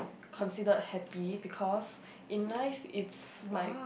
considered happy because in life it's like